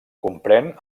comprèn